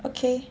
okay